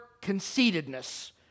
conceitedness